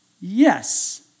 yes